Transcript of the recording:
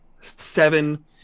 seven